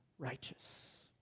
Righteous